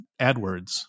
AdWords